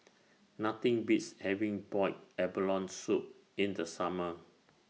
Nothing Beats having boiled abalone Soup in The Summer